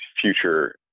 future